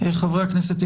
חברי הכנסת,